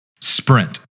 Sprint